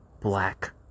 black